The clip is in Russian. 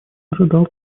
ожидал